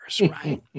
right